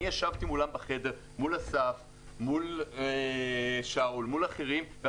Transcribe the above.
אני ישבתי מול אסף ושאול ואחרים בחדר